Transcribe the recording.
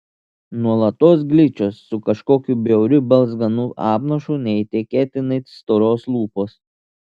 nuolatos gličios su kažkokiu bjauriu balzganu apnašu neįtikėtinai storos lūpos